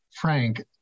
Frank